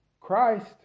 Christ